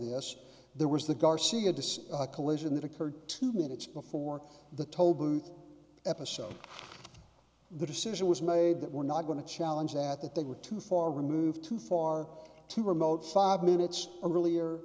us there was the garcia disc a collision that occurred two minutes before the tollbooth episode the decision was made that we're not going to challenge that that they were too far removed too far too remote five minutes earlier